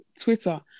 Twitter